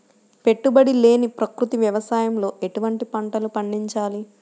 పెట్టుబడి లేని ప్రకృతి వ్యవసాయంలో ఎటువంటి పంటలు పండించాలి?